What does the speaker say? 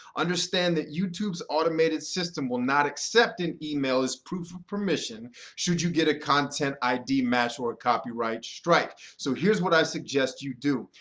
understand that youtube's automated system will not accept an email as proof of permission should you get a content id match or a copyright strike. so here's what i suggest you do.